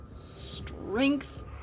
Strength